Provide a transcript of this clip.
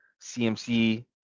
CMC